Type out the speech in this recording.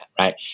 right